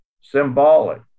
symbolic